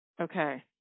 Okay